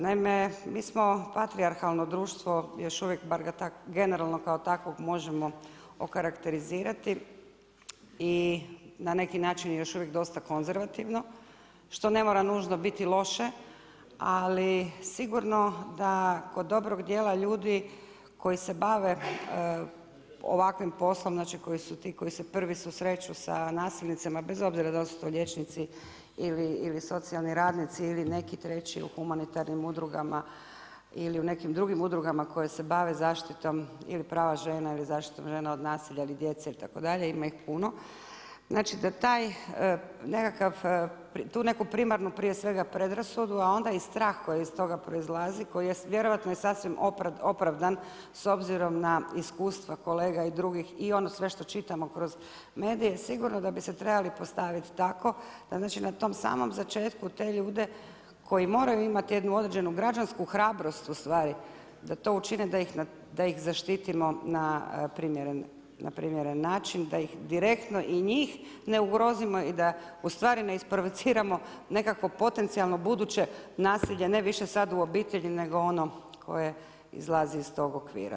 Naime, mi smo patrijarhalno društvo još uvijek bar ga generalno kao takvog možemo okarakterizirati i na neki način još uvijek dosta konzervativno što ne mora nužno biti loše, ali sigurno da kod dobrog dijela ljudi koji se bave ovakvim poslom, znači koji su ti koji se prvi susreću sa nasilnicima, bez obzira da li su to liječnici ili socijalni radnici ili neki traći u humanitarnim udrugama ili u nekim drugim udrugama koji se bave zaštitom ili prava žena ili zaštitom žena od nasilja ili djece itd. ima ih puno, znači da tu neku primarnu prije svega predrasudu, a onda i strah koji iz toga proizlazi vjerojatno je sasvim opravdan s obzirom na iskustva kolega i drugih i ono sve što čitamo kroz medije, sigurno da bi se trebali postaviti tako da na tom samom začetku te ljude koji moraju imati jednu određenu građansku hrabrost da to učine da ih zaštitimo na primjeren način, da ih direktno i njih ne ugrozimo i da ne isprovociramo nekakvo potencijalno buduće nasilje, ne više sada u obitelji nego ono koje izlazi iz tog okvira.